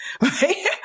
right